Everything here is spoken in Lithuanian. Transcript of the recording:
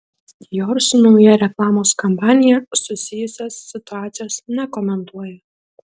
dior su nauja reklamos kampanija susijusios situacijos nekomentuoja